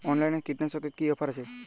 অনলাইনে কীটনাশকে কি অফার আছে?